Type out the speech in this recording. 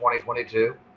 2022